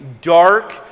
dark